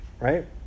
right